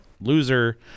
Loser